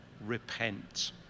repent